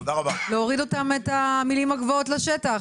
להוריד את המילים הגבוהות לשטח.